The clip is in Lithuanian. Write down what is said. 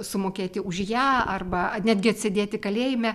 sumokėti už ją arba netgi atsėdėti kalėjime